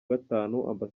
gatanu